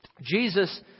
Jesus